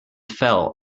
fell